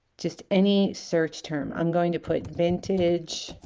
just any search term i'm going to put vintage